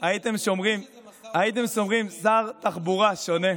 הייתם שומרים שר תחבורה שונה,